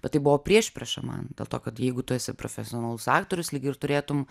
bet tai buvo priešprieša man dėl to kad jeigu tu esi profesionalus aktorius lyg ir turėtum